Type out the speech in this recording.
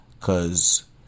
cause